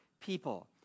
people